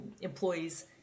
employees